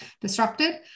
disrupted